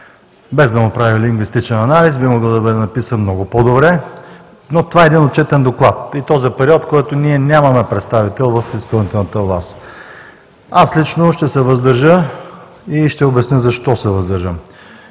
без да му прави лингвистичен анализ. Би могъл да бъде написан много по-добре, но това е един отчетен доклад, и то за период, в който ние нямаме представител в изпълнителната власт. Аз лично ще се въздържа и ще обясня защо се въздържам.